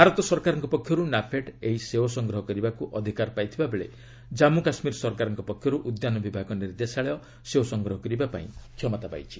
ଭାରତ ସରକାରଙ୍କ ପକ୍ଷରୁ ନାଫେଡ୍ ଏହି ଶେଓ ସଂଗ୍ରହ କରିବାକୁ ଅଧିକାର ପାଇଥିବାବେଳେ କାମ୍ମୁ କାଶ୍ମୀର ସରକାରଙ୍କ ପକ୍ଷରୁ ଉଦ୍ୟାନ ବିଭାଗ ନିର୍ଦ୍ଦେଶାଳୟ ଶେଓ ସଂଗ୍ରହ କରିବାକ୍ କ୍ଷମତା ପାଇଛି